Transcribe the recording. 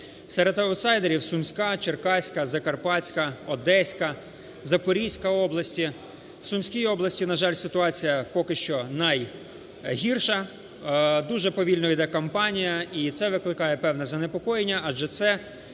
Серед аутсайдерів – Сумська, Черкаська, Закарпатська, Одеська, Запорізька області. В Сумській області, на жаль, ситуація поки що найгірша, дуже повільно йде кампанія, і це викликає певне занепокоєння, адже це